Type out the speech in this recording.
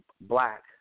black